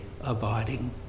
abiding